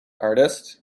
artist